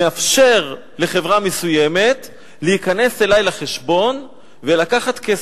מאפשר לחברה מסוימת להיכנס אלי לחשבון ולקחת כסף.